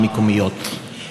המקומיות.